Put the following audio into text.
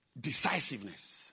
decisiveness